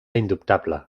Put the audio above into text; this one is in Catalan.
indubtable